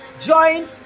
join